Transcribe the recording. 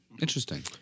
Interesting